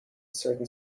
certain